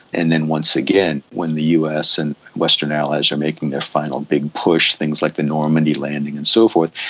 and then once again when the us and western allies are making their final big push, things like the normandy landing and so forth,